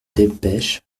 delpech